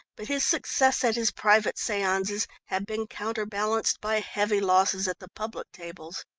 but his success at his private seances had been counter-balanced by heavy losses at the public tables.